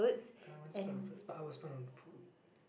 I won't spend on clothes but I will spend on food